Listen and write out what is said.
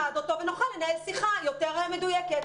אנחנו נלמד אותו ונוכל לנהל שיחה יותר מדויקת.